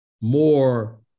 more